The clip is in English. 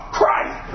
Christ